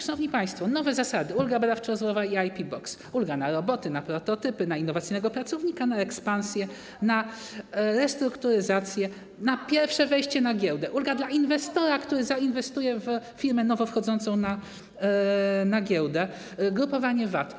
Szanowni państwo, nowe zasady to: ulga badawczo-rozwojowa i IP Box, ulga na roboty, na prototypy, na innowacyjnego pracownika, na ekspansję, na restrukturyzację, na pierwsze wejście na giełdę, ulga dla inwestora, który zainwestuje w firmę nowo wchodzącą na giełdę, grupowanie VAT.